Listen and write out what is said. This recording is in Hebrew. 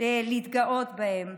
להתגאות בהן.